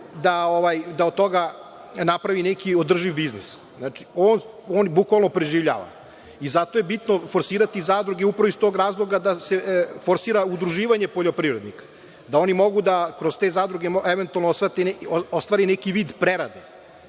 da od toga napravi neki održiv biznis. Znači, on bukvalno preživljava i zato je bitno forsirati zadruge, upravo iz tog razloga da se forsira udruživanje poljoprivrednika, da oni mogu kroz te zadruge da eventualno ostvare neki vid prerade